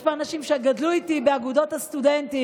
יש פה אנשים שגדלו איתי באגודות הסטודנטים.